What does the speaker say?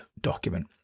document